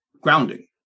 grounding